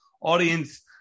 audience